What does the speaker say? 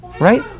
Right